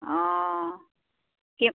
অঁ কে